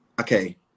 Okay